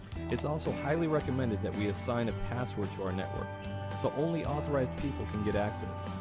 it's also highly recommended that we assign a password to our network so only authorized people can get access.